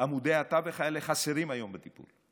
עמודי התווך האלה חסרים היום בטיפול.